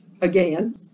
again